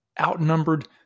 outnumbered